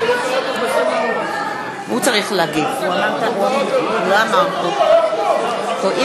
יואל, אחמד טיבי טעה ולא